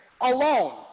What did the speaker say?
alone